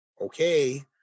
okay